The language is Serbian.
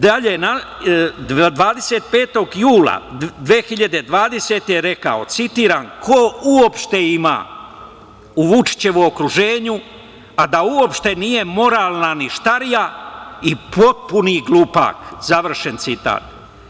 Dalje, 25. jula 2020. je rekao, citiram - „Ko uopšte ima u Vučićevom okruženju a da uopšte nije moralna ništarija i potpuni glupak“, završen citat.